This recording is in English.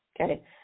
okay